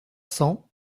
cents